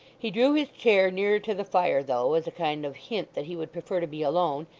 he drew his chair nearer to the fire though, as a kind of hint that he would prefer to be alone,